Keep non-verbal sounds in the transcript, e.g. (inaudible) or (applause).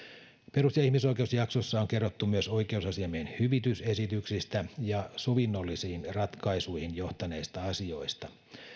perus ja ihmisoikeusjaksossa on kerrottu myös oikeusasiamiehen hyvitysesityksistä ja sovinnollisiin ratkaisuihin johtaneista asioista (unintelligible)